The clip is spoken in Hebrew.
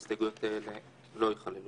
הסתייגות מס' 4 מתייחסת